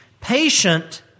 patient